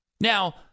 now